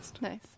Nice